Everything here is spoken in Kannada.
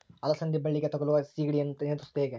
ಅಲಸಂದಿ ಬಳ್ಳಿಗೆ ತಗುಲುವ ಸೇಗಡಿ ಯನ್ನು ನಿಯಂತ್ರಿಸುವುದು ಹೇಗೆ?